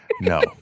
No